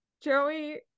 Joey